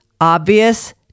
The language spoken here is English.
obvious